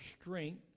strength